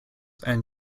and